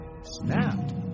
snapped